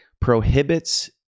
prohibits